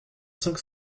cinq